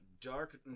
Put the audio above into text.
Dark